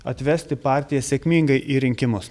atvesti partiją sėkmingai į rinkimus